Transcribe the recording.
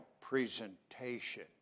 presentation